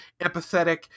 empathetic